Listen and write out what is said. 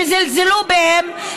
שזלזלו בהם,